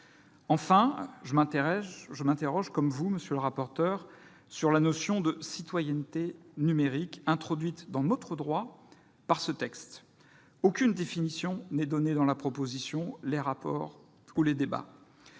Enfin, je m'interroge comme vous, monsieur le rapporteur, sur la notion de « citoyenneté numérique » introduite dans notre droit par ce texte. Aucune définition n'en est donnée dans la proposition de loi, les rapports ou les débats.